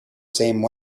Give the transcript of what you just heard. same